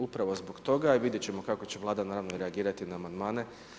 Upravo zbog toga i vidjeti ćemo kako će Vlada naravno i reagirati na amandmane.